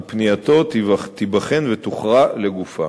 ופנייתו תיבחן ותוכרע לגופה.